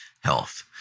health